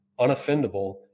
unoffendable